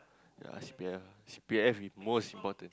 ya C_P_F C_P_F is most important